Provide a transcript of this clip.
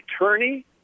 attorney